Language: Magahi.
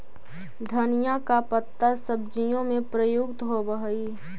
धनिया का पत्ता सब्जियों में प्रयुक्त होवअ हई